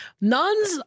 nuns